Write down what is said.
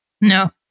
No